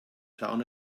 town